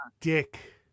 dick